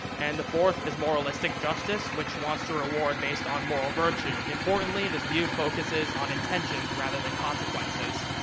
and the fourth is moralistic justice, which wants to reward based on moral virtue. importantly, this view focuses on intentions rather than consequences.